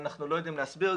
אנחנו לא יודעים להסביר.